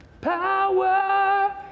power